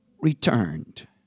returned